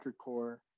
core